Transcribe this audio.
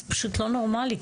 זה פשוט לא נורמלי.